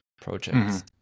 projects